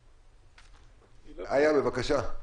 בבקשה.